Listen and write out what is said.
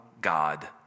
God